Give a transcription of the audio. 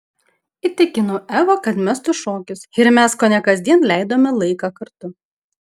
įtikinau evą kad mestų šokius ir mes kone kasdien leidome laiką kartu